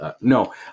No